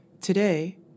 Today